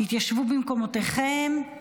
תתיישבו במקומותיכם,